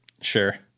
Sure